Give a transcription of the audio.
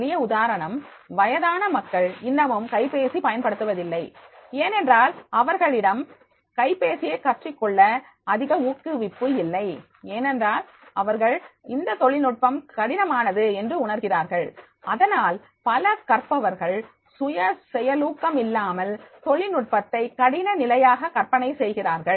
எளிய உதாரணம் வயதான மக்கள் இன்னமும் கைபேசி பயன்படுத்துவதில்லை ஏனென்றால் அவர்களிடம் கைப்பேசியை கற்றுக்கொள்ள அதிக ஊக்குவிப்பு இல்லை ஏனென்றால் அவர்கள் இந்தத் தொழில்நுட்பம் கடினமானது என்று உணர்கிறார்கள் அதனால் பல கற்பவர்கள் சுய செயலூக்கம் இல்லாமல் தொழில்நுட்பத்தை கடின நிலையாக கற்பனை செய்கிறார்கள்